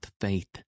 faith